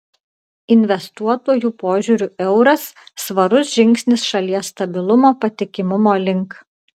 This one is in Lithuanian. investuotojų požiūriu euras svarus žingsnis šalies stabilumo patikimumo link